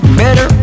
better